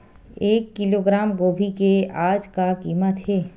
एक किलोग्राम गोभी के आज का कीमत हे?